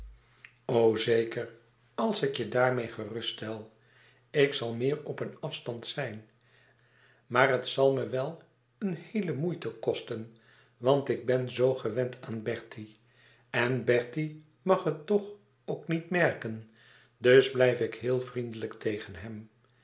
o zeker als ik je daarmeê gerust stel ik zal meer op een afstand zijn maar het zal me wel een heele moeite kosten want ik ben zoo gewend aan bertie en bertie mag het toch ook niet merken dus blijf ik heel vriendelijk tegen hem